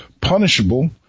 punishable